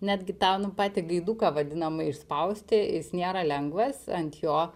netgi tau nu patį gaiduką vadinamą išspausti jis nėra lengvas ant jo